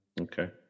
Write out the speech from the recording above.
Okay